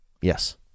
Yes